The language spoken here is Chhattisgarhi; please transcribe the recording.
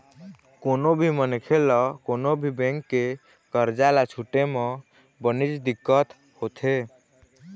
कोनो भी मनखे ल कोनो भी बेंक के करजा ल छूटे म बनेच दिक्कत होथे